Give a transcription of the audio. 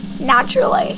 naturally